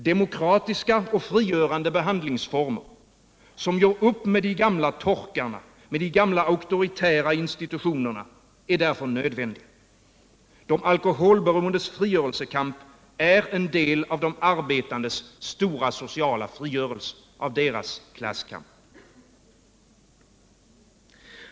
Demokratiska och frigörande behandlingsformer, som gör upp med de gamla torkarna, med de gamla auktoritära institutionerna, är därför nödvändiga. De alkoholberoendes frigörelsekamp är en del av de arbetandes stora sociala frigörelse, av deras klasskamp.